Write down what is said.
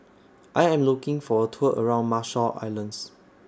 I Am looking For A Tour around Marshall Islands